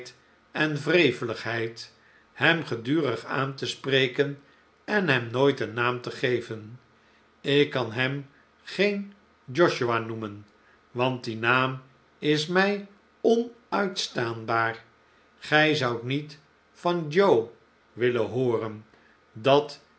en wreveligheid hem gedurig aan te spreken en hem nooit een naam te geven ik kan hem geen josiah noemen want die naam is mi onuitstaanbaar gij zoudt niet van joe willen hooren dat